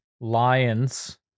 lions